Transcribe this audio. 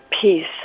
peace